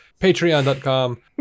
patreon.com